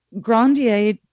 Grandier